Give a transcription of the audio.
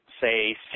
say